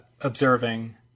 observing